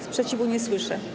Sprzeciwu nie słyszę.